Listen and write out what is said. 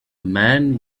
man